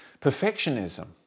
perfectionism